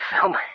film